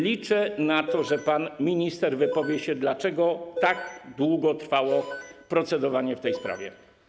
Liczę na to, że pan minister wypowie się, dlaczego tak długo trwało procedowanie w tej sprawie.